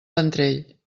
ventrell